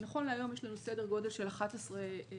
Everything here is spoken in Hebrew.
ונכון להיום יש לנו סדר גודל של 11 שותפויות